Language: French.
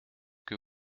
que